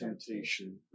temptation